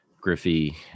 Griffey